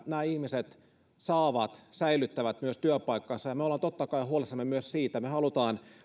nämä ihmiset säilyttävät myös työpaikkansa ja me olemme totta kai huolissamme myös siitä me haluamme